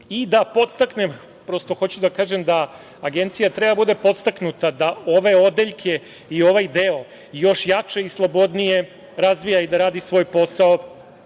i analitika. Prosto hoću da kažem da Agencija treba da bude podstaknuta da ove odeljke i ovaj deo još jače i slobodnije razvija i da radi svoj posao